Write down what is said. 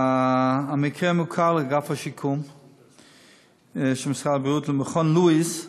המקרה מוכר לאגף השיקום של משרד הבריאות ולמכון לואיס.